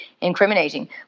incriminating